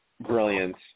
brilliance